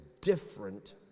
different